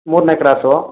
ಮೂರನೇ ಕ್ರಾಸು